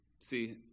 See